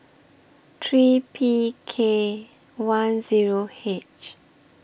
three P K one Zero H